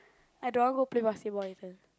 I don't want go play basketball later